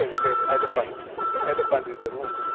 ah you say the elephant the elephant in the room.